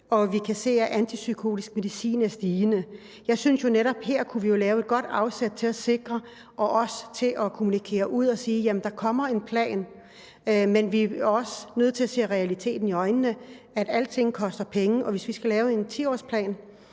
og vi kan se, at antipsykotisk medicin er stigende. Jeg synes jo, at vi netop her kunne have et godt afsæt til at sikre og til at få kommunikeret ud, at der kommer en plan, men også sige, at vi er nødt til at se realiteten i øjnene, at alting koster penge. Vi kunne lave en 10-årsplan,